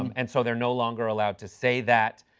um and so they are no longer allowed to say that.